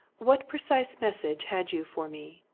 what precise message had you for me?